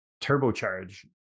turbocharge